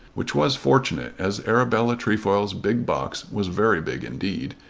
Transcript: which was fortunate, as arabella trefoil's big box was very big indeed,